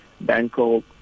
Bangkok